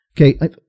Okay